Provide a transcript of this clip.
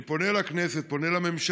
אני פונה לכנסת, פונה לממשלה,